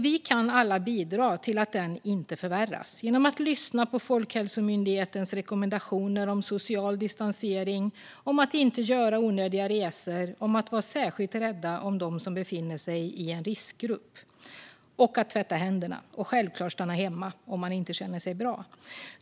Vi kan alla bidra till att den inte förvärras - genom att lyssna på Folkhälsomyndighetens rekommendationer om social distansering, om att inte göra onödiga resor och om att vara särskilt rädda om dem som tillhör i en riskgrupp. Och man ska tvätta händerna och självklart stanna hemma om man inte känner sig bra.